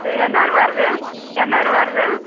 சரி என்ன ஊர் போகறது என்ன ஊர் போகறது